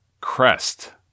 crest